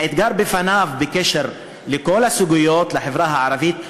האתגר שעומד בפניו בקשר לכל הסוגיות בחברה הערבית,